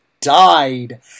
died